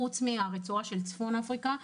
חוץ מאשר רצועת צפון אפריקה,